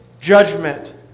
judgment